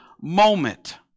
moment